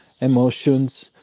emotions